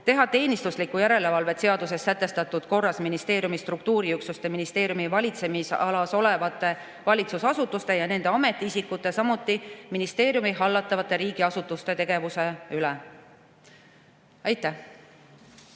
teha teenistuslikku järelevalvet seaduses sätestatud korras ministeeriumi struktuuriüksuste, ministeeriumi valitsemisalas olevate valitsusasutuste ja nende ametiisikute, samuti ministeeriumi hallatavate riigiasutuste tegevuse üle. Aitäh!